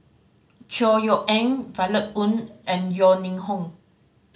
Chor Yeok Eng Violet Oon and Yeo Ning Hong